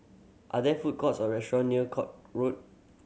are there food courts or restaurant near Court Road